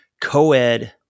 co-ed